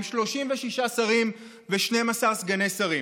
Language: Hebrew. עם 36 שרים ו-12 סגני שרים.